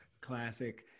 classic